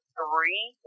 three